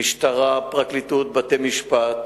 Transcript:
המשטרה, הפרקליטות, בתי-המשפט,